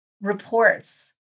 Reports